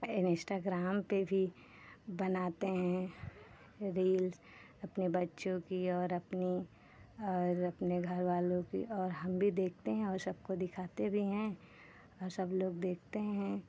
Instagram पे भी बनाते हैं रील्स अपने बच्चों की और अपनी और अपने घर वालों की और हम भी देखते हैं और सबको दिखाते भी हैं और सब लोग देखते हैं